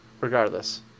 regardless